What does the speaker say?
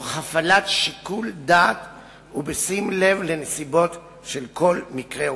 תוך הפעלת שיקול דעת ובשים לב לנסיבות של כל מקרה ומקרה.